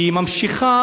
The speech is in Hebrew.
היא ממשיכה